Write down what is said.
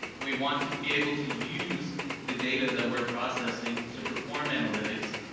we want to be able to use the data that we're processing to perform analytics,